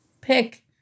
pick